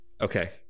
Okay